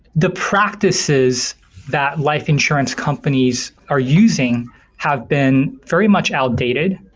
the practices that life insurance companies are using have been very much outdated.